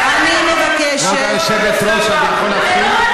אני מבקשת, כבוד היושבת-ראש, אני יכול להתחיל?